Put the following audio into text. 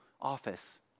office